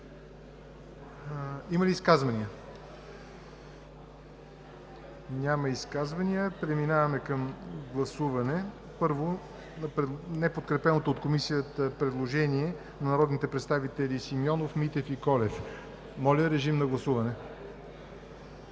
Има ли изказвания? Няма. Преминаваме към гласуване на неподкрепеното от Комисията предложение на народните представители Симеонов, Митев и Колев. Гласували